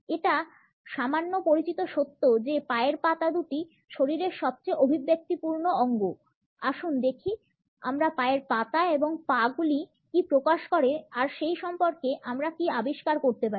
এটা সামান্য পরিচিত সত্য যে পায়ের পাতা দুটি শরীরের সবচেয়ে অভিব্যক্তিপূর্ণ অঙ্গ আসুন দেখি আমাদের পায়ের পাতা এবং পা গুলি কী প্রকাশ করে আর সেই সম্পর্কে আমরা কী আবিষ্কার করতে পারি